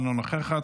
אינה נוכחת,